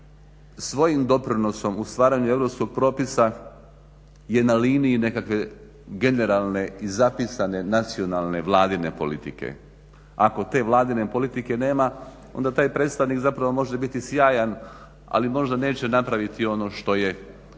svojim doprinosom u stvaranju europskog propisa je na liniji nekakve generalne i zapisane nacionalne Vladine politike. Ako te Vladine politike nema onda taj predstavnik zapravo može biti sjajan ali možda neće napraviti ono što je u interesu